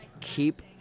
keep